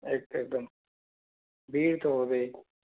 এক একদম ভিড় তো হবেই